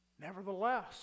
nevertheless